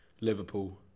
Liverpool